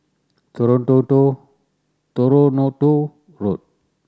Toronto Road